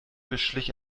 beschlich